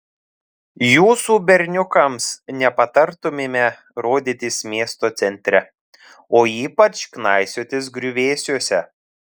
jūsų berniukams nepatartumėme rodytis miesto centre o ypač knaisiotis griuvėsiuose